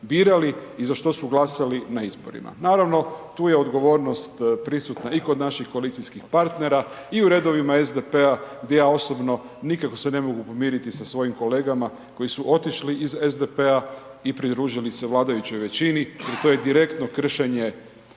birali i za što su glasali na izborima. Naravno, tu je odgovornost prisutna i kod naših koalicijskih partnera i u redovima SDP-a gdje ja osobno nikako se ne mogu pomiriti sa svojim kolegama koji su otišli iz SDP-a i pridružili se vladajućoj većini jer to je direktno kršenje